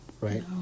right